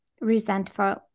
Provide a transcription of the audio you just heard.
resentful